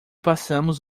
passamos